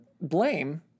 blame